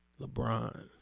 LeBron